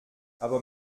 aber